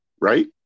right